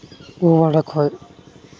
ᱠᱷᱚᱡ